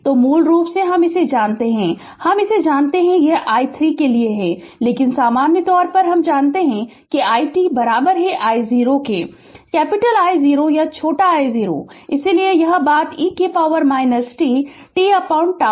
तो मूल रूप से हम इसे जानते हैं हम इसे जानते हैं यह i3 के लिए है लेकिन सामान्य तौर पर हम जानते हैं कि i t I0 कहते हैं कैपिटल I0 या छोटा I0 इसलिए यह बात e t tτ है